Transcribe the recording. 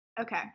Okay